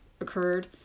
occurred